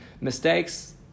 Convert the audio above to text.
mistakes